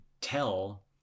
tell